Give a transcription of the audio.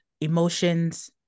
emotions